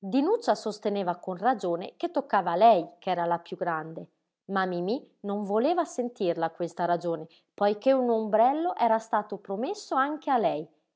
dinuccia sosteneva con ragione che toccava a lei ch'era la piú grande ma mimí non voleva sentirla questa ragione poiché un ombrello era stato promesso anche a lei